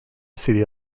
city